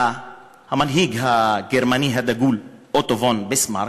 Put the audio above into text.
המנהיג הגרמני הדגול אוטו פון ביסמרק,